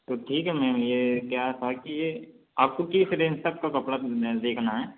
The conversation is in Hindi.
तो ठीक है मैम यह क्या था कि यह आपको किस रेंज तक का कपड़ा देखना है